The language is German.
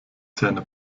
zähne